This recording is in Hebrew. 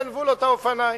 גנבו לו את האופניים.